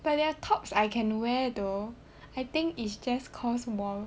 but their tops I can wear though I think is just cause more